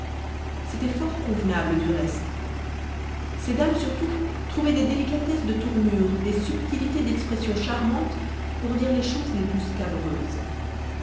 c'était fort convenable du reste ces dames surtout trouvaient des délicatesses de tournures des subtilités d'expression charmantes pour dire les choses les plus scabreuses